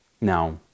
Now